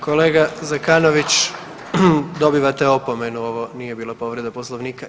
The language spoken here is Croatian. Kolega Zekanović dobivate opomenu ovo nije bila povreda poslovnika.